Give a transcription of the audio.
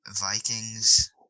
Vikings